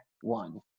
one